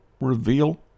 reveal